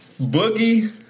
Boogie